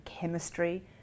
chemistry